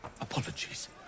Apologies